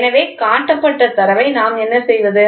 எனவே காட்டப்பட்ட தரவை நாம் என்ன செய்வது